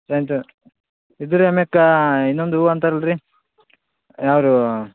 ಸೇವಂತಿ ಹೂ ಇದ್ದರೆ ಅಮೇಗಾ ಇನ್ನೊಂದು ಹೂವ ಅಂತಾರೆ ಅಲ್ಲ ರೀ ಯಾವುದೂ